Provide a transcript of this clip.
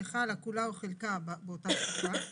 שחלה כולה או חלקה באותה תקופה.